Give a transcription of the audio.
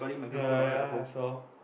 ya ya I saw